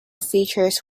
features